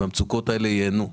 המצוקות האלו ייענו,